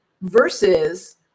versus